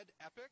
Epic